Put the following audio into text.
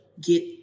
get